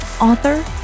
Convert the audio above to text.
author